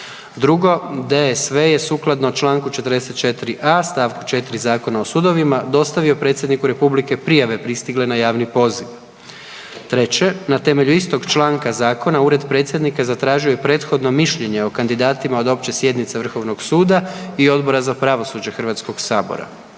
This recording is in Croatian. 1. DSV je sukladno čl. 44a. st. 4. Zakona o sudovima dostavio predsjedniku republike prijave pristigle na javni poziv. 1. Na temelju istog članka zakona ured predsjednika zatražio je prethodno mišljenje o kandidatima od opće sjednice vrhovnog suda i Odbora za pravosuđe HS. 1.